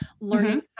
Learning